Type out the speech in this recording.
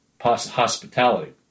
hospitality